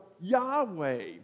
Yahweh